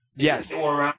Yes